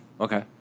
Okay